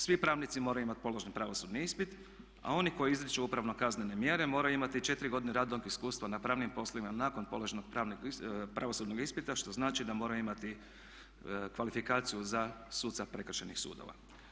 Svi pravnici moraju imati položen pravosudni ispit a oni koji izriču upravno kaznene mjere moraju imati četiri godine radnog iskustva na pravnim poslovima nakon položenog pravosudnog ispita što znači da moraju imati kvalifikaciju za suca prekršajnih sudova.